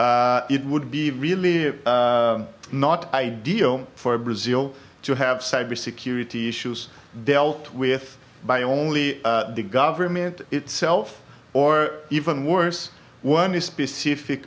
it would be really not ideal for brazil to have cybersecurity issues dealt with by only the government itself or even worse one specific